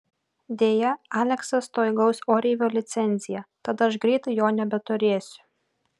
deja aleksas tuoj gaus oreivio licenciją tad aš greitai jo nebeturėsiu